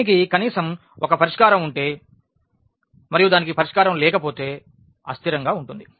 దీనికి కనీసం ఒక పరిష్కారం ఉంటే మరియు దానికి పరిష్కారం లేకపోతే అస్థిరంగా ఉంటుంది